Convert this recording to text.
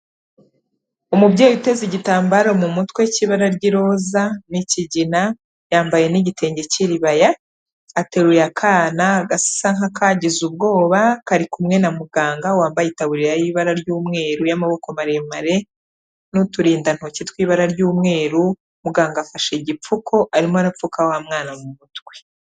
Umubyeyi uteze igitambaro mu mutwe cy'ibara ry'iroza n'ikigina, yambaye n'igitenge cy'iribaya, ateruye akana gasa nk'akagize ubwoba, kari kumwe na muganga wambaye itaburiya y'ibara ry'umweru y'amaboko maremare, n'uturindantoki tw'ibara ry'umweru, muganga afashe igipfuko, arimo arapfuka wa mwana mu mutwe.